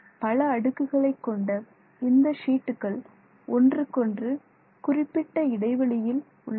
பல அடுக்குகளை கொண்ட இந்த ஷீட்டுகள் ஒன்றுக்கொன்று குறிப்பிட்ட இடைவெளியில் உள்ளன